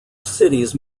cities